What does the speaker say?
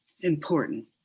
important